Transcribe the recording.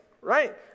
right